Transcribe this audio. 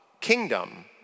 kingdom